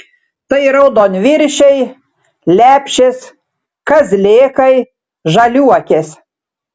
tai raudonviršiai lepšės kazlėkai žaliuokės